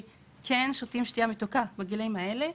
שותים שתייה מתוקה, גם בגילאים האלה,